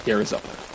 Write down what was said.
Arizona